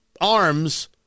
arms